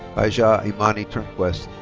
kaijah imani turnquest.